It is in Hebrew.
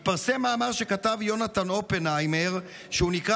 התפרסם מאמר שכתב יונתן אופנהיימר שנקרא